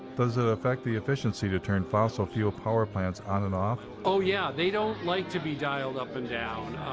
does it affect the efficiency to turn fossil fuel power plants on and off? oh, yeah. they don't like to be dialed up and down.